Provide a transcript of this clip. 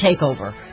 takeover